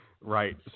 right